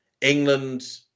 england